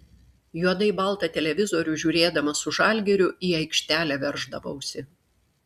juodai baltą televizorių žiūrėdamas su žalgiriu į aikštelę verždavausi